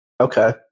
Okay